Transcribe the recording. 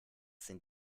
sind